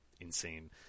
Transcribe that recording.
Insane